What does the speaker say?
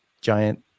giant